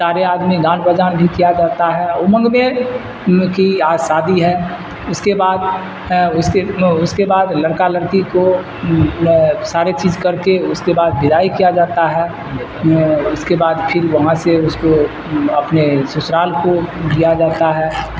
سارے آدمی گان بجان بھی کیا جاتا ہے امنگ میں کی آج شادی ہے اس کے بعد اس کے اس کے بعد لڑکا لڑکی کو سارے چیز کر کے اس کے بعد بدائی کیا جاتا ہے اس کے بعد پھر وہاں سے اس کو اپنے سسرال کو دیا جاتا ہے